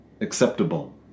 acceptable